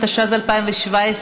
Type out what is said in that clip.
התשע"ז 2017,